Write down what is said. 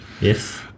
Yes